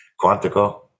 Quantico